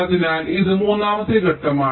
അതിനാൽ ഇത് മൂന്നാമത്തെ ഘട്ടമാണ്